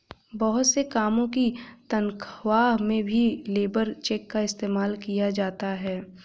बहुत से कामों की तन्ख्वाह में भी लेबर चेक का इस्तेमाल किया जाता है